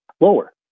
Lower